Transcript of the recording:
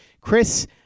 Chris